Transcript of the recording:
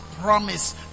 promise